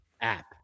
app